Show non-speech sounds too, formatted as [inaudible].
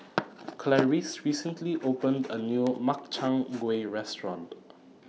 [noise] Clarice recently opened A New Makchang Gui Restaurant